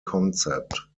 concept